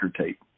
tape